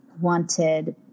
wanted